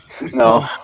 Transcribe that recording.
No